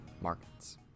Markets